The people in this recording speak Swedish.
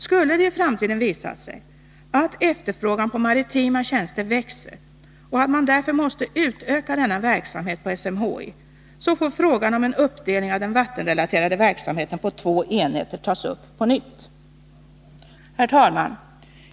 Skulle det i framtiden visa sig att efterfrågan på maritima tjänster växer och man därför måste utöka denna verksamhet på SMHI, får frågan om uppdelning av den vattenrelaterade verksamheten på två enheter tas upp på nytt. Herr talman!